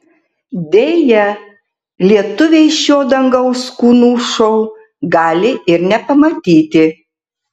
deja lietuviai šio dangaus kūnų šou gali ir nepamatyti